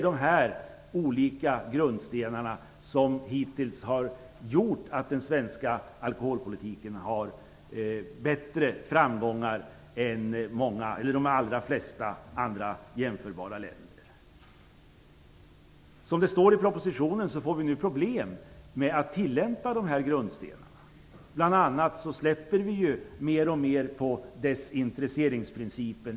Det är dessa grundstenar som hittills gjort att den svenska alkoholpolitiken varit mer framgångsrik än de flesta andra jämförbara länders. Som det står i propositionen får vi nu problem att tillämpa dessa grundstenar. Vi släpper ju mer och mer på desintresseringsprincipen.